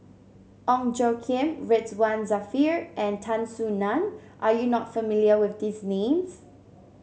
Ong Tjoe Kim Ridzwan Dzafir and Tan Soo Nan are you not familiar with these names